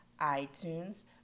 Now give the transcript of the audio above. iTunes